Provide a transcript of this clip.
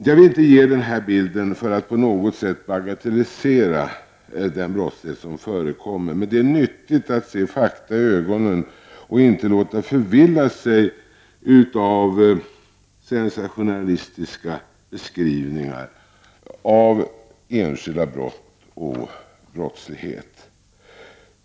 Jag vill inte ge denna bild för att på något sätt bagatellisera den brottslighet som förekommer, men det är nyttigt att se fakta i ögonen och inte låta förvilla sig av sensationella beskrivningar av enskilda brott och brottslighet.